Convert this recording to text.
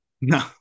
No